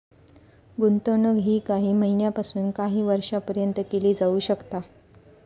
गुंतवणूक ही काही महिन्यापासून काही वर्षापर्यंत केली जाऊ शकता